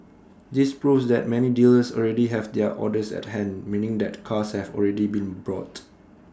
this proves that many dealers already have their orders at hand meaning that cars have already been brought